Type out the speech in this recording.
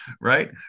right